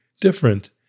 different